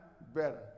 better